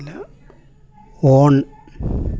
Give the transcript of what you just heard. ഇല്ല ഓൺ